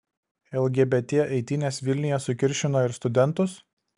lgbt eitynės vilniuje sukiršino ir studentus